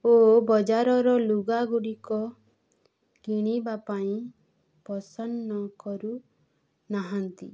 ଓ ବଜାରର ଲୁଗାଗୁଡ଼ିକ କିଣିବା ପାଇଁ ପସନ୍ଦ କରୁ ନାହାନ୍ତି